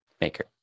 maker